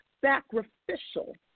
sacrificial